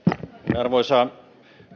arvoisa